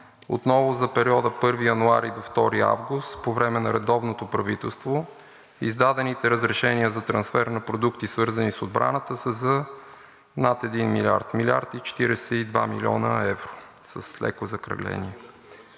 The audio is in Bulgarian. Отново за периода 1 януари до 2 август, по време на редовното правителство издадените разрешения за трансфер на продукти, свързани с отбраната, са за над 1 млрд. – 1 млрд. 42 млн. евро, с леко закръгление.